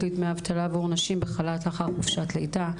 לדמי אבטלה עבור נשים בחל"ת לאחר חופשת לידה.